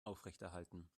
aufrechterhalten